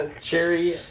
cherry